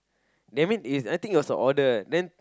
that mean is I think it was a order then